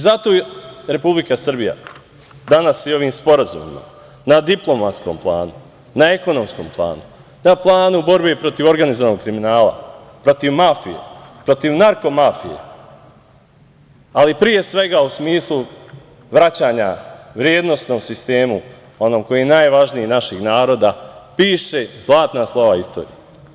Zato Republika Srbija danas i ovim sporazumima na diplomatskom planu, na ekonomskom planu, na planu borbe protiv organizovanog kriminala, protiv mafije, protiv narko mafije, ali pre svega, u smislu vraćanja vrednosnom sistemu, onom koji je najvažniji, naših naroda, piše zlatna slova istorije.